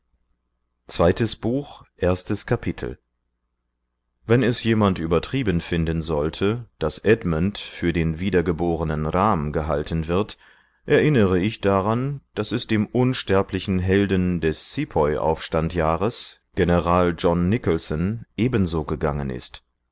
zweites buch erstes kapitel wenn es jemand übertrieben finden sollte daß edmund für den wiedergeborenen rm gehalten wird erinnere ich daran daß es dem unsterblichen helden des sepoyaufstandjahres general john nicholson ebenso gegangen ist